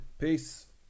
Peace